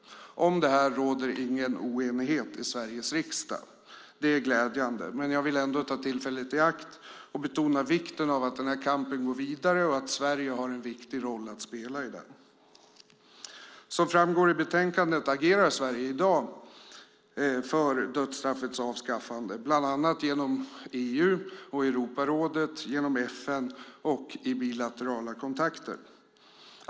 Om detta råder ingen oenighet i Sveriges riksdag. Det är glädjande, men jag vill ändå ta tillfället i akt och betona vikten av att kampen går vidare och att Sverige har en viktig roll att spela i den. Som framgår i betänkandet agerar Sverige i dag för dödsstraffets avskaffande bland annat genom EU och Europarådet, genom FN och i bilaterala kontakter.